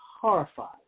horrified